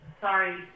Sorry